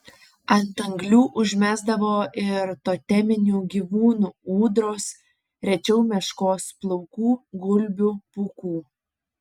ant anglių užmesdavo ir toteminių gyvūnų ūdros rečiau meškos plaukų gulbių pūkų